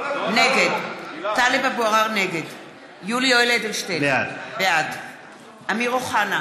נגד יולי יואל אדלשטיין, בעד אמיר אוחנה,